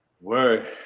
Word